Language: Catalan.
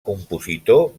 compositor